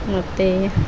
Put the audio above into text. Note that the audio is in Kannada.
ಮತ್ತು